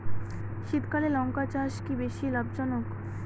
শীতকালে লঙ্কা চাষ কি বেশী লাভজনক?